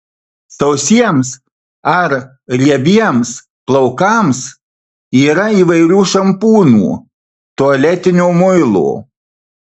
sausiems ar riebiems plaukams yra įvairių šampūnų tualetinio muilo